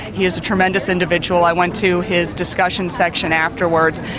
he is a tremendous individual. i went to his discussion section afterwards,